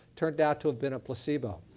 turned out to have been a placebo.